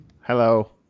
Hello